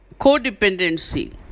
codependency